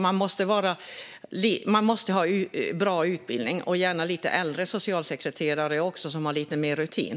Man måste ha bra utbildning, och det får gärna finnas lite äldre socialsekreterare som har lite mer rutin.